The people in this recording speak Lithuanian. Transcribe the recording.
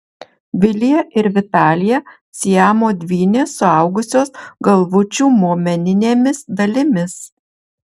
vilija ir vitalija siamo dvynės suaugusios galvučių momeninėmis dalimis